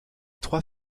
trois